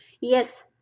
yes